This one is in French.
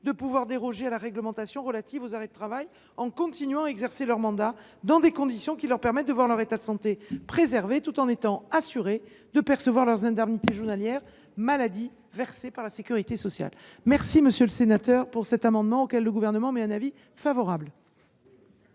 de pouvoir déroger à la réglementation relative aux arrêts de travail en continuant à exercer leur mandat dans des conditions qui leur permettent de voir leur état de santé préservé tout en étant assurés de percevoir leurs indemnités journalières pour maladie versées par la sécurité sociale. Je vous remercie, monsieur le sénateur, de cet amendement. La parole est à Mme le rapporteur.